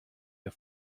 der